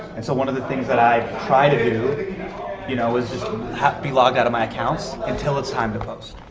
and so one of the things that i try to do you know, is just be logged out of my accounts until it's time to post.